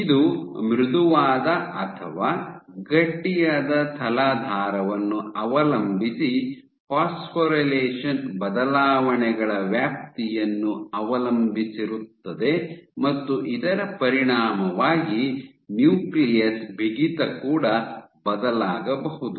ಇದು ಮೃದುವಾದ ಅಥವಾ ಗಟ್ಟಿಯಾದ ತಲಾಧಾರವನ್ನು ಅವಲಂಬಿಸಿ ಫಾಸ್ಫೊರಿಲೇಷನ್ ಬದಲಾವಣೆಗಳ ವ್ಯಾಪ್ತಿಯನ್ನು ಅವಲಂಬಿಸಿರುತ್ತದೆ ಮತ್ತು ಇದರ ಪರಿಣಾಮವಾಗಿ ನ್ಯೂಕ್ಲಿಯಸ್ ಬಿಗಿತ ಕೂಡ ಬದಲಾಗಬಹುದು